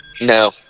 No